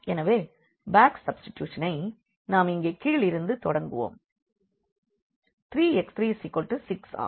எனவே பேக் சப்ஸ்டிடியூஷனை நாம் இங்கே கீழிருந்து தொடங்குவோம் 3x36 ஆகும்